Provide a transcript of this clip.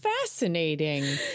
fascinating